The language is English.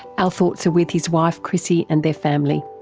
our thoughts are with his wife chrissie and their family.